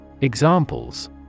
Examples